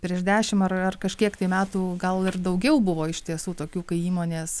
prieš dešim ar ar kažkiek tai metų gal ir daugiau buvo iš tiesų tokių kai įmonės